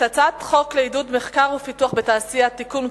את הצעת חוק לעידוד מחקר ופיתוח בתעשייה (תיקון,